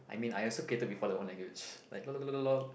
I mean I also created before like one language like lol